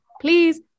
please